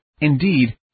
indeed